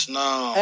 now